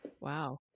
Wow